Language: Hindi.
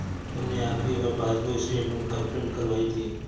तुमने आखिरी बार पासबुक स्टेटमेंट कब प्रिन्ट करवाई थी?